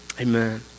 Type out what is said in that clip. Amen